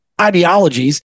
ideologies